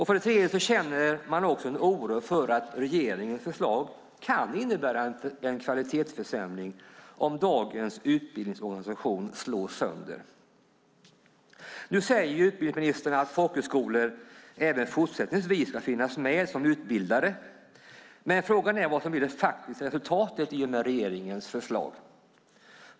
För det tredje känner man oro för att regeringens förslag kan innebära en kvalitetsförsämring om dagens utbildningsorganisation slås sönder. Nu säger utbildningsministern att folkhögskolor även fortsättningsvis ska finnas med som utbildare. Men frågan är vad som blir det faktiska resultatet i och med regeringens förslag.